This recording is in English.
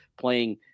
playing